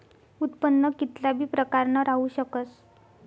उत्पन्न कित्ला बी प्रकारनं राहू शकस